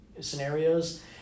scenarios